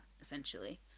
essentially